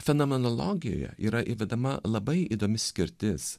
fenomenologijoje yra įvedama labai įdomi skirtis